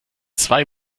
zwei